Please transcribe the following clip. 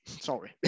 sorry